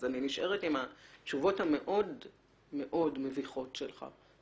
אז אני נשארת עם התשובות המאוד-מאוד מביכות שלך,